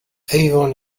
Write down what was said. avon